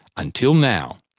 until now.